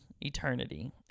eternity